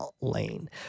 Lane